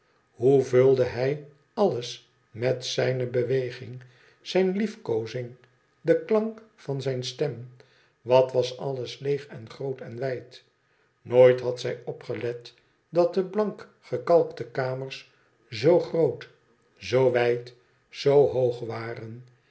hoe vulde hij alles met zijne beweging zijn liefkoozing de klank van zijn stem wat was alles leeg en groot en wijd nooit had zij opgelet datde blank gekalkte kamers zoo groot zoo wijd zoo hoog waren